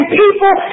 people